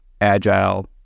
agile